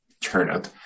turnip